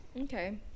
okay